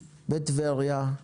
בטבריה,